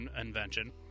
invention